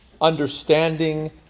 understanding